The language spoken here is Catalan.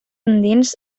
endins